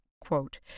quote